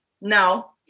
no